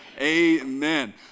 Amen